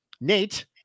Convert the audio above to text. Nate